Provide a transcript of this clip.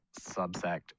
subsect